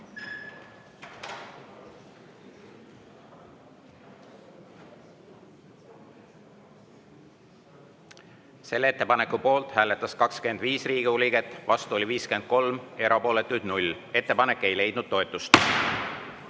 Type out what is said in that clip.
Selle ettepaneku poolt hääletas 25 Riigikogu liiget, vastu oli 53, erapooletuid 0. Ettepanek ei leidnud toetust.